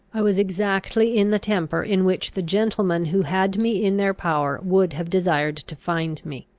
i was exactly in the temper in which the gentlemen who had me in their power would have desired to find me.